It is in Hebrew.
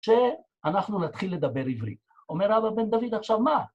כשאנחנו נתחיל לדבר עברית. אומר אבא בן דוד עכשיו מה?